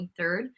23rd